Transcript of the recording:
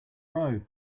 row